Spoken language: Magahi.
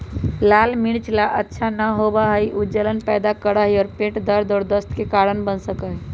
लाल मिर्च सब ला अच्छा न होबा हई ऊ जलन पैदा करा हई और पेट दर्द और दस्त के कारण बन सका हई